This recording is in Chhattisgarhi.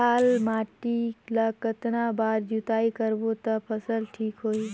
लाल माटी ला कतना बार जुताई करबो ता फसल ठीक होती?